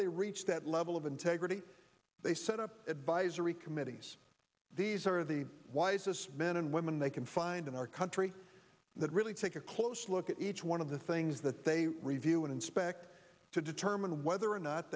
they reach that level of integrity they set up it buys a re committees these are the wisest men and women they can find in our country that really take a close look at each one of the things that they review and inspect to determine whether or not